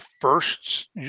first